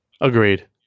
Agreed